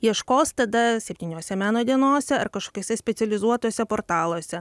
ieškos tada septyniose meno dienose ar kažkokiose specializuotuose portaluose